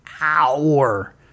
hour